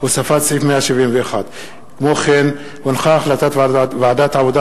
הוספת סעיף 171. החלטת ועדת העבודה,